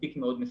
תיק מאוד מסוכן.